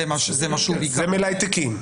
ומלאי תיקים.